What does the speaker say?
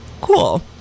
cool